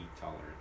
tolerant